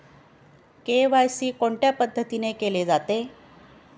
KYC कोणत्या पद्धतीने केले जाते?